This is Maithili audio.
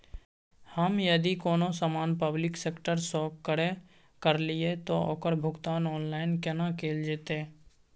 हम यदि कोनो सामान पब्लिक सेक्टर सं क्रय करलिए त ओकर भुगतान ऑनलाइन केना कैल जेतै?